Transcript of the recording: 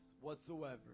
whatsoever